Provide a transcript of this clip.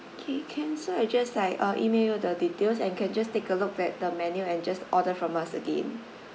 okay can so I just like uh email you the details and can just take a look at the menu and just order from us again